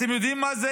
אתם יודעים מה זה